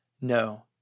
No